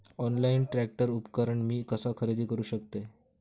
Online tractor उपकरण मी कसा खरेदी करू शकतय?